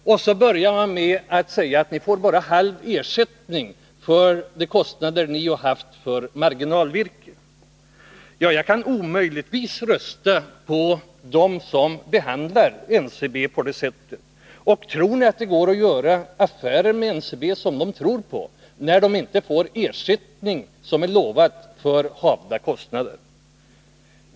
Så börjar ni med att säga att man får bara halv ersättning för de kostnader man har haft för marginalvirket. Jag kan omöjligtvis rösta med dem som behandlar NCB på det sättet. Tror ni att det går att göra affärer med NCB när det inte får den ersättning som är utlovad för havda merkostnader?